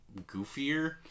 goofier